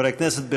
חברי הכנסת,